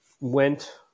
went